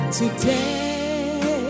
today